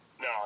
No